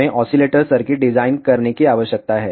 हमें oscillator circuit design करने की आवश्यकता है